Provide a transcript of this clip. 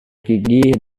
gigi